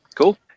Cool